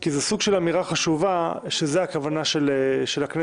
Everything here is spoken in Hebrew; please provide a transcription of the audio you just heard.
כי זה סוג של אמירה חשובה שזו הכוונה של הכנסת